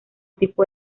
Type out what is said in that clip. tipo